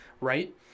right